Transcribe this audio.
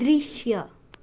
दृश्य